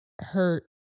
hurt